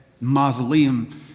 mausoleum